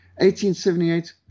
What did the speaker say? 1878